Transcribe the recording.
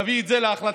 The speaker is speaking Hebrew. להביא את זה להחלטה,